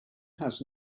has